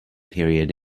period